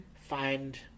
find